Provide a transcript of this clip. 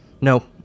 no